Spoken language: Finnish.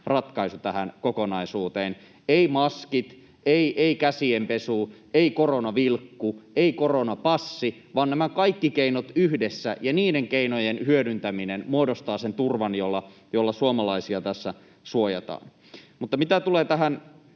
ratkaisu tähän kokonaisuuteen — eivät maskit, ei käsien pesu, ei Koronavilkku, ei koronapassi — vaan nämä kaikki keinot ja niiden hyödyntäminen yhdessä muodostavat sen turvan, jolla suomalaisia tässä suojataan. Mitä tulee tähän